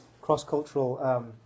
cross-cultural